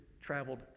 traveled